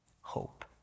hope